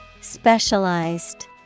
Specialized